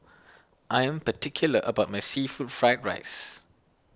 I am particular about my Seafood fFried Rice